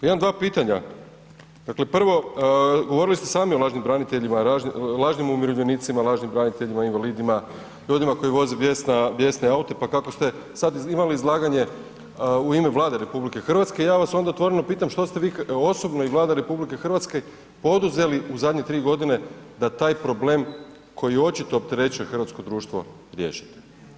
Imam dva pitanja, dakle prvo govorili ste sami o lažnim braniteljima i lažnim umirovljenicima, lažnim braniteljima invalidima, ljudima koji voze bjesne aute, pa kako ste sad imali izlaganje u ime Vlade RH, ja vas onda otvoreno pitam što ste vi osobno i Vlada RH poduzeli u zadnje 3.g. da taj problem koji očito opterećuje hrvatsko društvo riješite?